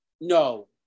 no